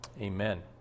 amen